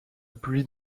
pluie